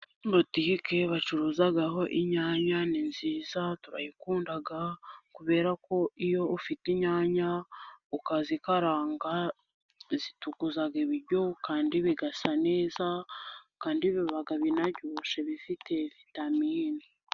Butike bacuruzaho inyanya. Ni nziza turayikunda, kubera ko iyo ufite inyanya ukazikaranga, zitukuza ibiryo, kandi bigasa neza, kandi biba binaryoshye bifite vitamine.